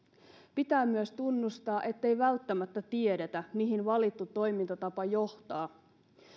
pitää myös tunnustaa ettei välttämättä tiedetä mihin valittu toimintatapa johtaa